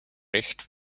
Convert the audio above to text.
recht